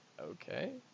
okay